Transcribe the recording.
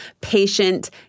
patient